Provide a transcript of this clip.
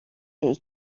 est